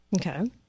Okay